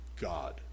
God